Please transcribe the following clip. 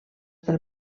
del